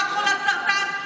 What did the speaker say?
אחת חולת סרטן,